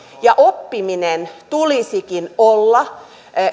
oppimisen tulisikin olla